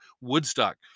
Woodstock